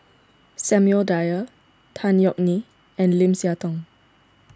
Samuel Dyer Tan Yeok Nee and Lim Siah Tong